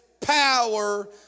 power